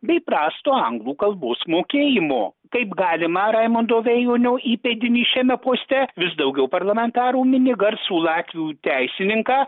bei prasto anglų kalbos mokėjimo kaip galimą raimondo vėjonio įpėdinį šiame poste vis daugiau parlamentarų mini garsų latvių teisininką